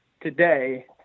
today